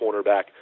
cornerback